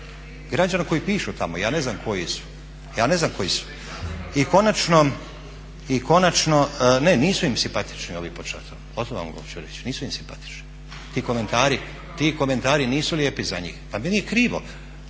Građana koji pišu tamo, ja ne znam koji su. … /Upadica se ne razumije./… Ne, nisu im simpatični ovi pod šatorom, to vam hoću reći, nisu im simpatični. Ti komentari nisu lijepi za njih. Pa meni je krivo